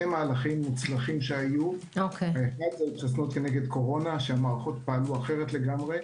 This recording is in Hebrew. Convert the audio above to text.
מהלכים מוצלחים שהיו התחסנות נגד קורונה שהמערכות פעלו אחרת לגמרי,